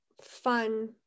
fun